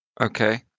Okay